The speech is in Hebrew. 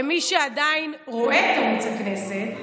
למי שעדיין רואה את ערוץ הכנסת,